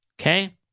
Okay